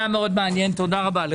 היה מאוד מעניין, תודה רבה לך.